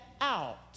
out